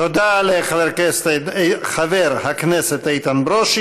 תודה לחבר הכנסת איתן ברושי.